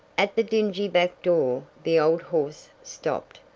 at the dingy back door, the old horse stopped.